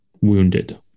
wounded